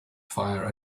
fire